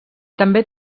també